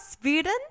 Sweden